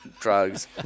drugs